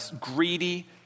greedy